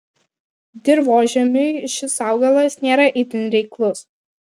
dirvožemiui šis augalas nėra itin reiklus